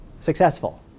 successful